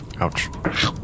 Ouch